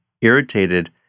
irritated